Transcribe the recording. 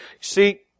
See